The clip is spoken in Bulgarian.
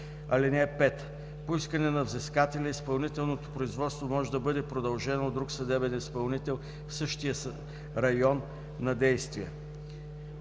делото. (5) По искане на взискателя изпълнителното производство може да бъде продължено от друг съдебен изпълнител в същия район на действие.